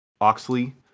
Oxley